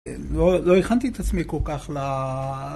לא הכנתי את עצמי כל כך ל...